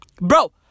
Bro